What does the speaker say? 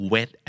Wet